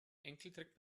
enkeltrick